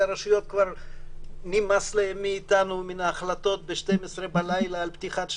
הרשויות כבר נמאס להם מאיתנו ומההחלטות בחצות הלילה על פתיחת הלימודים.